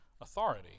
authority